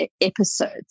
episodes